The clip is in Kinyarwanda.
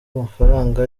amafaranga